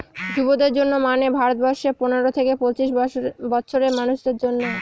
যুবদের জন্য মানে ভারত বর্ষে পনেরো থেকে পঁচিশ বছরের মানুষদের জন্য